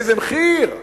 באיזה מחיר?